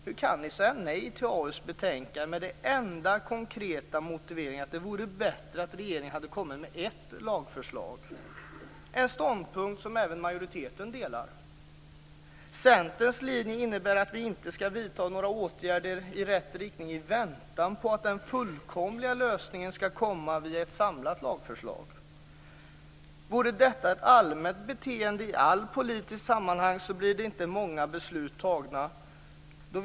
Hur kan ni säga nej till AU:s betänkande med den enda konkreta motiveringen att det vore bättre om regeringen hade kommit med ett lagförslag - en ståndpunkt som även majoriteten delar? Centerns linje innebär att vi inte skall vidta några åtgärder i rätt riktning i väntan på att den fullkomliga lösningen skall komma via ett samlat lagförslag. Vore detta ett allmänt beteende i alla politiska sammanhang blev det inte många beslut fattade.